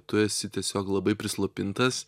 tu esi tiesiog labai prislopintas